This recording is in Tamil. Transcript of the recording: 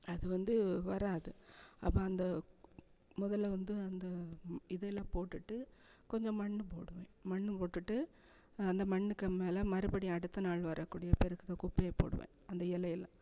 அது வந்து வராது அப்போ அந்த மொதலில் வந்து அந்த இதெலாம் போட்டுவிட்டு கொஞ்சம் மண் போடுவேன் மண் போட்டுவிட்டு அந்த மண்ணுக்கு மேலே மறுபடி அடுத்தநாள் வரக்கூடிய பெருக்கின குப்பையை போடுவேன் அந்த இலையெல்லாம்